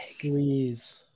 Please